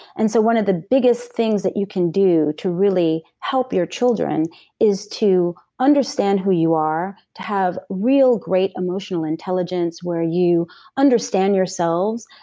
and so one of the biggest things that you can do to really help your children is to understand who you are, to have real great emotional intelligence where you understand ourselves,